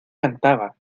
cantaba